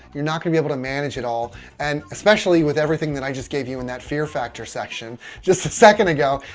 you're not gonna be able to manage it all and especially with everything that i just gave you in that fear factor section. just a second ago.